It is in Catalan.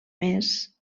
més